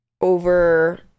over